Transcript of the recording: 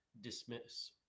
dismiss